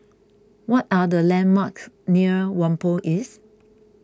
what are the landmarks near Whampoa East